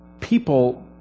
people